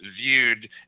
viewed